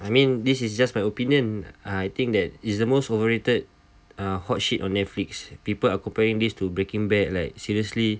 I mean this is just my opinion I think that is the most overrated uh hot shit on netflix people are comparing this to breaking bad like seriously